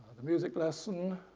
the music lesson,